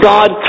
God